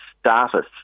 status